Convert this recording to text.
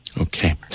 Okay